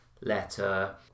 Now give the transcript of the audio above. letter